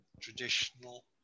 traditional